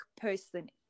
person